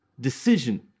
decision